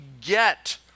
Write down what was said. get